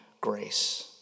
grace